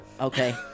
Okay